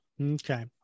okay